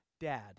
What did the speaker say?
Dad